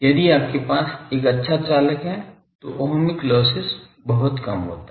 यदि आपके पास एक अच्छा चालक है तो ओमिक लॉसेस बहुत कम होता है